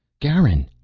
garin!